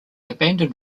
abandoned